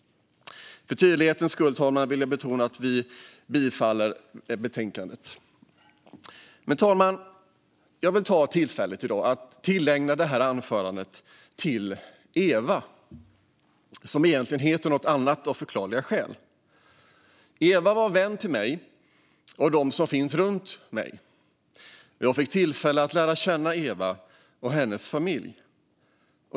För tydlighetens skull, herr talman, vill jag betona att vi yrkar bifall till utskottets förslag i betänkandet. Men, herr talman, jag vill i dag ta tillfället i akt att tillägna detta anförande till Eva, som egentligen heter något annat. Eva var en vän till mig och dem som finns runt mig, och jag fick tillfälle att lära känna Eva och hennes familj.